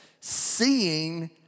seeing